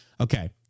Okay